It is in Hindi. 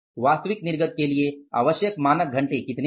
वास्तविक निर्गत के लिए आवश्यक मानक घंटे कितने हैं